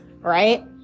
Right